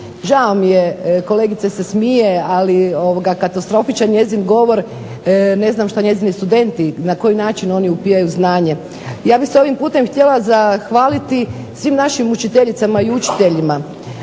žao mi je kolegica se smije, ali katastrofičan njezin govor, ne znam što njezini studenti, na koji način oni upijaju znanje. Ja bih se ovim putem htjela zahvaliti svim našim učiteljicama i učiteljima,